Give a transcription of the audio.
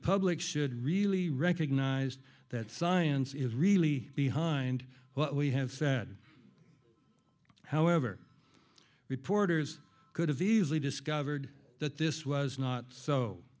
public should really recognized that science is really behind what we have said however reporters could have easily discovered that this was not so